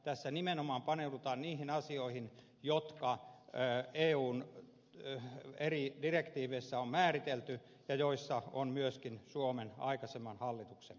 tässä nimenomaan paneudutaan niihin asioihin jotka eun eri direktiiveissä on määritelty ja joissa on myöskin suomen aikaisemman hallituksen kanta